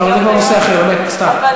זה כבר נושא אחר, סתיו.